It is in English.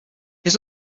his